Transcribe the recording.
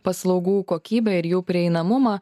paslaugų kokybę ir jų prieinamumą